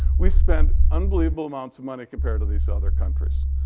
we spend unbelievable amounts of money compared to these other countries.